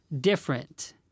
different